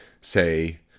say